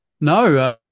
No